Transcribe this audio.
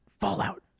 Fallout